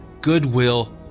goodwill